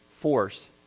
force